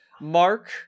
Mark